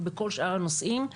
ובכל שאר הנושאים.